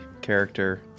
character